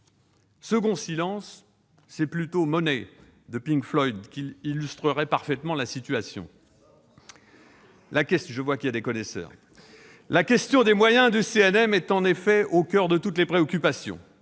second silence, c'est plutôt, de Pink Floyd, qui illustrerait parfaitement la situation ... La question des moyens du CNM est en effet au coeur de toutes les préoccupations.